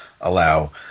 allow